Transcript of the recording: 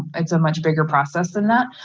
it's a much bigger process than that.